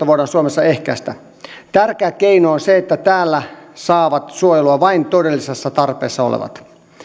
voidaan ehkäistä tärkeä keino on se että täällä saavat suojelua vain todellisessa tarpeessa olevat